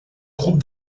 groupe